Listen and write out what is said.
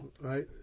right